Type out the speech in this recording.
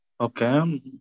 Okay